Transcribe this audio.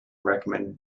recommended